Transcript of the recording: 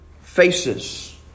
faces